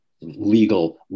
legal